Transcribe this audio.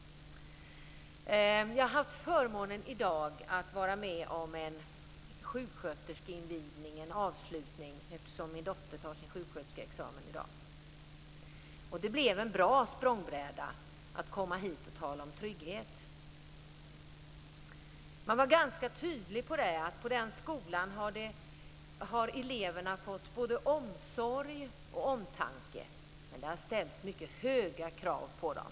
Jag har haft förmånen att vara med om en sjuksköterskeinvigning i dag, eftersom min dotter tar sin sjuksköterskeexamen i dag. Det blev en bra språngbräda för att komma hit och tala om trygghet. På den skolan har eleverna fått både omsorg och omtanke, men det har ställts mycket höga krav på dem.